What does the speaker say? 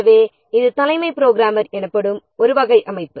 எனவே இது தலைமை புரோகிராமர் எனப்படும் ஒரு வகை அமைப்பு